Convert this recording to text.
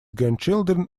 grandchildren